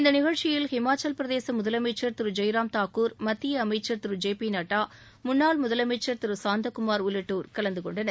இந்த நிகழ்ச்சியில் ஹிமாச்சலப் பிரதேச முதலமைச்சன் திரு ஜெய்ராம் தாகூர் மத்திய அமைச்சன் திரு ஜே பி நட்டா முன்னாள் முதலமைச்சா் திரு சாந்தகுமார் உள்ளிட்டோர் கலந்துகொண்டனர்